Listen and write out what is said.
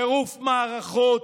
טירוף מערכות,